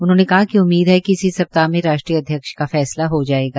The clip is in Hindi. उन्होंने कहा कि उम्मीद है कि इसी सप्ताह में राष्ट्रीय अध्यक्ष का फैंसला हो जाएगा